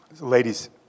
Ladies